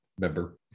member